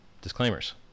disclaimers